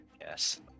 Yes